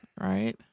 right